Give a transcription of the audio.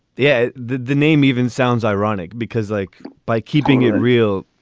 yeah, the the name even sounds ironic because like by keeping it real,